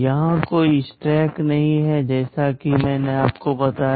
यहाँ कोई स्टैक नहीं है जैसा कि मैंने आपको बताया